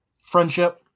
Friendship